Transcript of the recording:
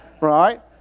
right